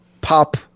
pop